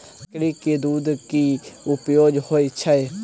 बकरी केँ दुध केँ की उपयोग होइ छै?